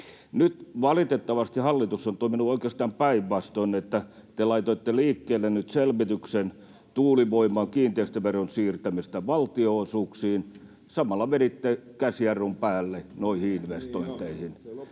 Nyt valitettavasti hallitus on toiminut oikeastaan päinvastoin: te laitoitte liikkeelle nyt selvityksen tuulivoiman kiinteistöveron siirtämisestä valtionosuuksiin, samalla veditte käsijarrun päälle noihin investointeihin.